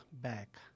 back